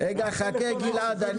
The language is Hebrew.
הוזכר פה לא מעט בשעה